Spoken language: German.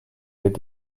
wird